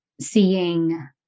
seeing